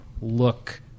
look